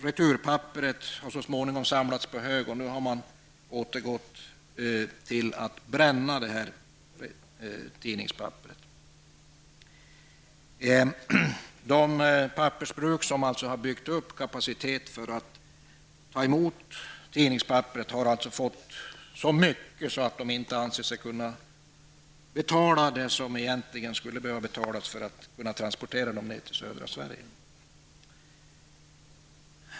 Returpappret hade så småningom samlats på hög, och nu har man återgått till att bränna tidningspappret. De pappersbruk som har byggt upp kapacitet för att ta emot tidningspapperet har alltså fått så mycket papper att de inte anser sig kunna betala den summa som egentlingen skulle behöva betalas för att man skall kunna transportera papperet ner till södra Sverige.